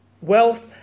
wealth